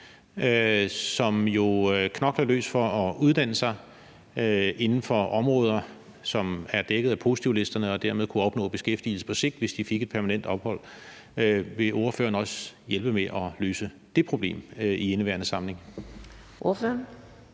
som jo knokler løs for at uddanne sig inden for områder, der er dækket af positivlisterne, og som dermed kunne opnå beskæftigelse på sigt, hvis de fik et permanent ophold. Vil ordføreren også hjælpe med at løse det problem i indeværende samling?